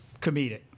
comedic